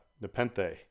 Nepenthe